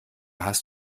hast